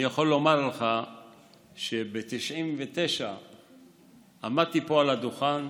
אני יכול לומר לך שב-1999 עמדתי פה על הדוכן,